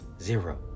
zero